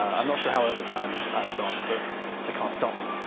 i'm not sure how over time i've gone, but they can't stop me.